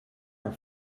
our